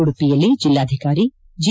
ಉಡುಪಿಯಲ್ಲಿ ಜಿಲ್ಲಾಧಿಕಾರಿ ಜಿ